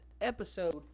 episode